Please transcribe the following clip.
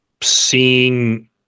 seeing